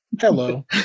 Hello